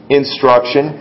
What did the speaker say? instruction